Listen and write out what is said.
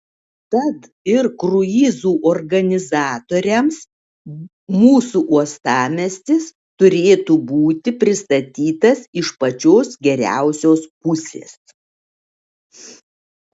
tad ir kruizų organizatoriams mūsų uostamiestis turėtų būti pristatytas iš pačios geriausios pusės